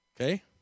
Okay